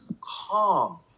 calm